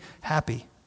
happy